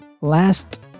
Last